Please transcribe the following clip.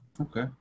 Okay